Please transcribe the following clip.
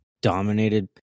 dominated